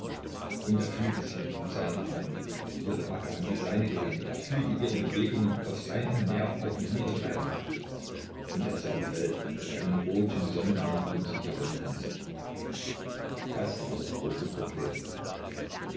und er fühlte sie in seinen armen ihre backe an die seine gelehnt er fühlte ihre bewegungen auf seinen nerven auf und niedergleiten und er sah die welt als einen roten sonnenring um sich herumtanzen das war das große problem